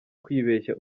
kwibeshya